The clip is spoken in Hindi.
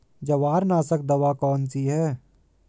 जवारनाशक दवा कौन सी है?